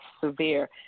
severe